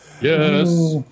Yes